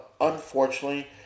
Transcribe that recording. unfortunately